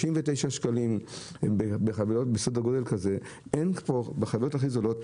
39 שקלים בחבילות בסדר גודל כזה בחנויות הכי זולות.